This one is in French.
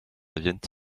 viennent